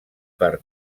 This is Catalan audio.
per